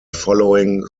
following